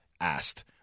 asked